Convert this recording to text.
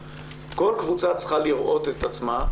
כל קבוצה צריכה לראות את עצמה,